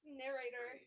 narrator